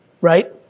right